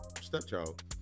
stepchild